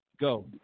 Go